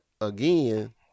again